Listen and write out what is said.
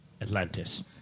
Atlantis